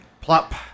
plop